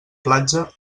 platja